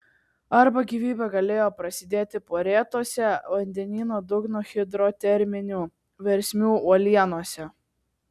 arba gyvybė galėjo prasidėti porėtose vandenyno dugno hidroterminių versmių uolienose